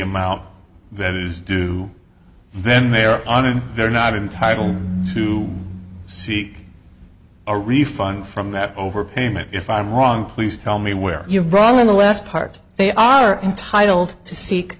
amount that is due then they are on and they're not entitled to seek a refund from that overpayment if i'm wrong please tell me where you're wrong on the last part they are entitled to seek